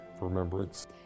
remembrance